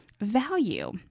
value